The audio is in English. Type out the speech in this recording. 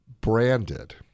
branded